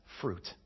fruit